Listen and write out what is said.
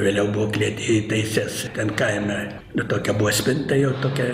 vėliau buvau klėty įtaisęs kan kaime nu tokia buvo spinta jau tokia